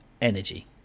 energy